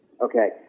Okay